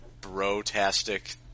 Bro-tastic